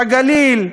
בגליל,